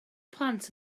plant